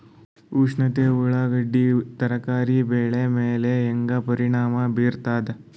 ಉಷ್ಣತೆ ಉಳ್ಳಾಗಡ್ಡಿ ತರಕಾರಿ ಬೆಳೆ ಮೇಲೆ ಹೇಂಗ ಪರಿಣಾಮ ಬೀರತದ?